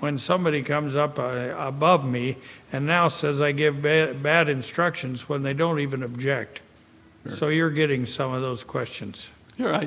when somebody comes up above me and now says i give bad instructions when they don't even object so you're getting some of those questions right